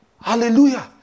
Hallelujah